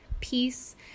peace